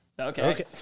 okay